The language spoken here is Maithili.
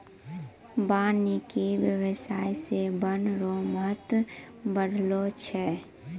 वानिकी व्याबसाय से वन रो महत्व बढ़लो छै